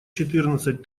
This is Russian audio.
четырнадцать